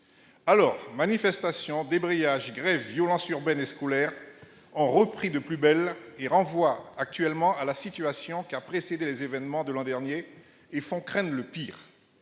Alors, manifestations, débrayages, grèves, violences urbaines et scolaires ont repris de plus belle et renvoient actuellement à la situation qui a précédé les événements de l'an dernier, ce qui fait craindre le pire.